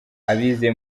abize